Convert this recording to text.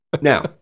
Now